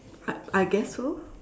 I I guess so